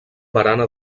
barana